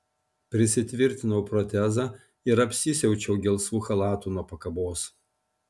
prisitvirtinau protezą ir apsisiaučiau gelsvu chalatu nuo pakabos